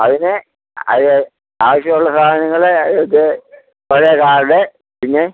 അതിന് അത് ആവശ്യം ഉള്ള സാധനങ്ങൾ പഴയ കാർഡ് പിന്നെ